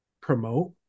promote